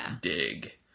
dig